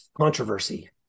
controversy